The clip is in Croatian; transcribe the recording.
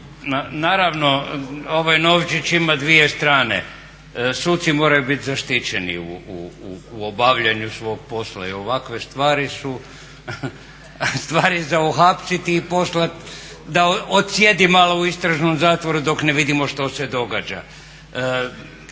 Naravno ovaj novčić ima dvije strane, suci moraju biti zaštićeni u obavljanju svog posla i ovakve stvari su stvari za uhapsiti i poslati da odsjedi malo u istražnom zatvoru dok ne vidimo što se događa.